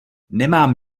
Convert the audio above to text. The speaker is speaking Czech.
nemám